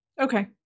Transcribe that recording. Okay